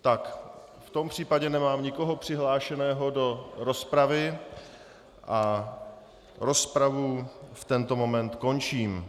V tom případě nemám nikoho přihlášeného do rozpravy a rozpravu v tento moment končím.